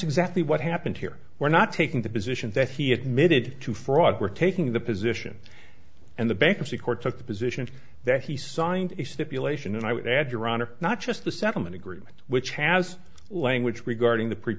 exactly what happened here we're not taking the position that he admitted to fraud were taking the position and the bankruptcy court took the position that he signed a stipulation and i would add your honor not just the settlement agreement which has language regarding the pre